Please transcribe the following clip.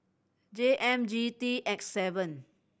J M G T X seven